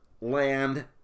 land